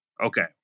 Okay